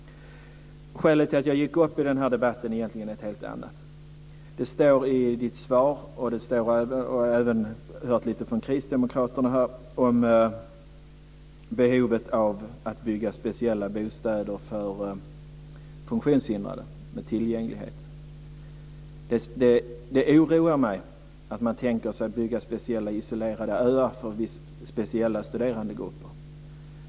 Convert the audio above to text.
Skälet till att jag gick upp i den här debatten är egentligen ett helt annat. Det står i statsrådets svar och jag har även hört lite från Kristdemokraterna om behovet av att bygga speciella bostäder med tillgänglighet för funktionshindrade. Det oroar mig att man tänker sig att bygga speciella isolerade öar för speciella studerandegrupper.